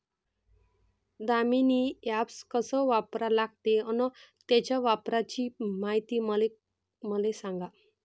Damini app कस वापरा लागते? अन त्याच्या वापराची मायती मले सांगा